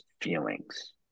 feelings